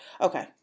Okay